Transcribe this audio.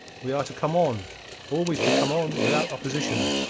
we are to come on always to come on, without opposition,